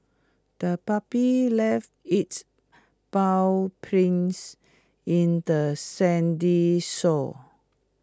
the puppy left its paw prints in the sandy shore